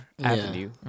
Avenue